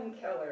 Keller